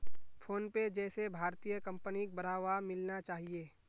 PhonePe जैसे भारतीय कंपनिक बढ़ावा मिलना चाहिए